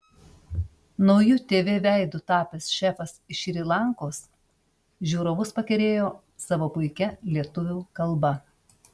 nauju tv veidu tapęs šefas iš šri lankos žiūrovus pakerėjo savo puikia lietuvių kalba